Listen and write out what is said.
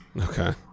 Okay